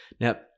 Now